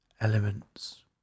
elements